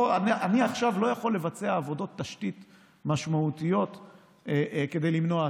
אני עכשיו לא יכול לבצע עבודות תשתית משמעותיות כדי למנוע הצפות.